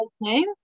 name